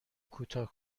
کوتاه